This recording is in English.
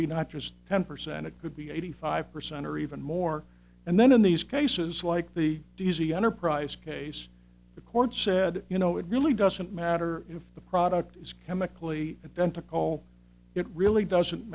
be not just ten percent it could be eighty five percent or even more and then in these cases like the d z enterprise case the court said you know it really doesn't matter if the product is chemically and tentacle it really doesn't